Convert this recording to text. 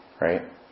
right